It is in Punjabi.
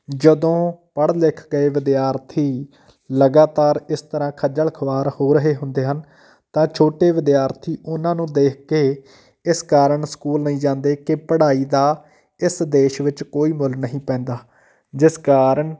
ਜਦੋਂ ਪੜ੍ਹ ਲਿਖ ਕੇ ਵਿਦਿਆਰਥੀ ਲਗਾਤਾਰ ਇਸ ਤਰ੍ਹਾਂ ਖੱਜਲ ਖੁਆਰ ਹੋ ਰਹੇ ਹੁੰਦੇ ਹਨ ਤਾਂ ਛੋਟੇ ਵਿਦਿਆਰਥੀ ਉਹਨਾਂ ਨੂੰ ਦੇਖ ਕੇ ਇਸ ਕਾਰਨ ਸਕੂਲ ਨਹੀਂ ਜਾਂਦੇ ਕਿ ਪੜ੍ਹਾਈ ਦਾ ਇਸ ਦੇਸ਼ ਵਿੱਚ ਕੋਈ ਮੁੱਲ ਨਹੀਂ ਪੈਂਦਾ ਜਿਸ ਕਾਰਨ